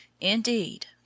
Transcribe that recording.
indeed